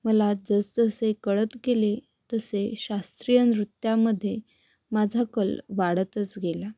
मला जसजसे कळत गेले तसे शास्त्रीय नृत्यामध्ये माझा कल वाढतच गेला